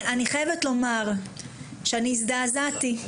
אני חייבת לומר שאני הזדעזעתי.